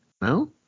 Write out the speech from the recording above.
No